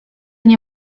nie